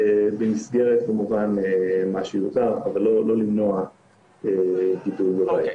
במסגרת כמובן מה שיותר, אבל לא למנוע גידול בבית.